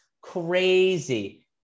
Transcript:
crazy